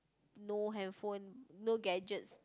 no handphone no gadgets